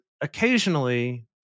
occasionally